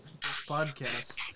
podcast